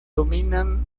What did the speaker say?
dominan